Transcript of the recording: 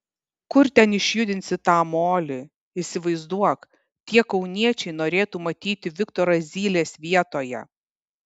kur ten išjudinsi tą molį įsivaizduok tie kauniečiai norėtų matyti viktorą zylės vietoje